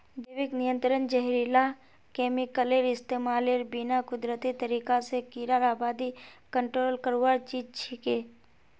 जैविक नियंत्रण जहरीला केमिकलेर इस्तमालेर बिना कुदरती तरीका स कीड़ार आबादी कंट्रोल करवार चीज छिके